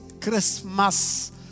Christmas